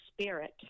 spirit